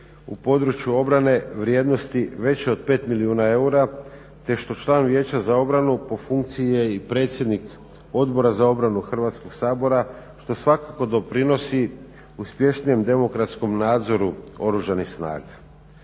u području obrane vrijednosti veće od 5 milijuna eura te što članovi Vijeća za obranu po funkciji je i predsjednik Odbora za obranu Hrvatskog sabora što svakako doprinosi uspješnijem demokratskom nadzoru oružanih snaga.